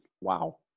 Wow